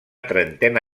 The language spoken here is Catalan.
trentena